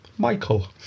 Michael